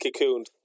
cocooned